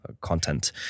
content